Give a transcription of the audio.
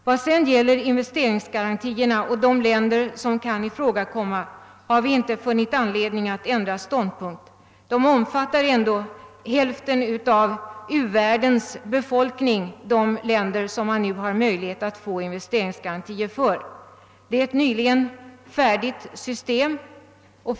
Vad sedan gäller investeringsgarantierna och de länder som kan ifrågakomma i detta sammanhang har vi inte funnit anledning att ändra ståndpunkt. De länder för vilka man nu har möjlighet att få investeringsgarantier omfattar ändå hälften av u-världens befolkning. Det är ett system som nyligen blivit färdigt.